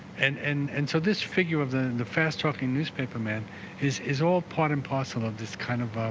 and and and so this figure of the the fast-talking newspaperman is is all part and parcel of this kind of